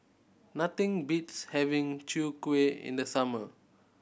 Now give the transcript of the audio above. nothing beats having Chwee Kueh in the summer